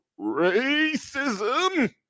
racism